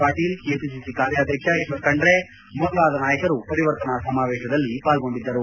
Patil KPCC ಕಾರ್ಯಾಧ್ಯಕ್ಷ ಈಶ್ವರ ಖಂಡ್ರೆ ಮೊದಲಾದ ನಾಯಕರು ಪರಿವರ್ತನಾ ಸಮಾವೇಶದಲ್ಲಿ ಪಾಲ್ಗೊಂಡಿದ್ದರು